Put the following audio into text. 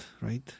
Right